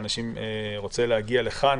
שרוצים להגיע לכאן